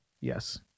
Yes